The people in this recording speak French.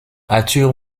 arthur